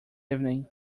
evening